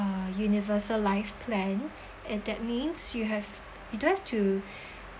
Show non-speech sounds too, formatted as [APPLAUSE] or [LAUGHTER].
universal life plan and that means you have you don't have to [BREATH]